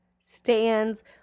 stands